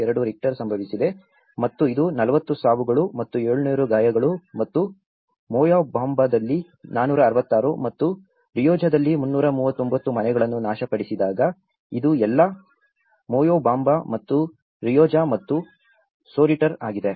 2 Richter ಸಂಭವಿಸಿದೆ ಮತ್ತು ಇದು 40 ಸಾವುಗಳು ಮತ್ತು 700 ಗಾಯಗಳು ಮತ್ತು ಮೊಯೊಬಾಂಬಾದಲ್ಲಿ 466 ಮತ್ತು ರಿಯೋಜಾದಲ್ಲಿ 339 ಮನೆಗಳನ್ನು ನಾಶಪಡಿಸಿದಾಗ ಇದು ಎಲ್ಲಾ ಮೊಯೊಬಾಂಬಾ ಮತ್ತು ರಿಯೋಜಾ ಮತ್ತು ಸೊರಿಟರ್ ಆಗಿದೆ